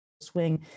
swing